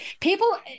people